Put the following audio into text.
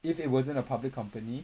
if it wasn't a public company